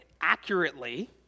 accurately